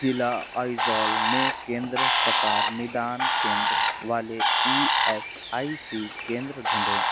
ज़िला आइज़ॉल में केंद्र प्रकार निदान केंद्र वाले ई एस आई सी केंद्र ढूँढें